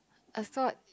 I thought